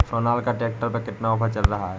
Sonalika tractor पर कितना offer चल रहा है?